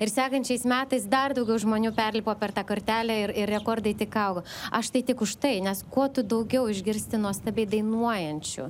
ir sekančiais metais dar daugiau žmonių perlipo per tą kartelę ir ir rekordai tik augo aš tai tik už tai nes kuo tu daugiau išgirsti nuostabiai dainuojančių